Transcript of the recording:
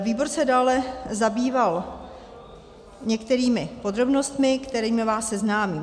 Výbor se dále zabýval některými podrobnostmi, se kterými vás seznámím.